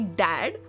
dad